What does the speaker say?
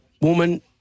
woman